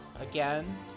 Again